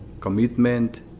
commitment